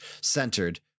centered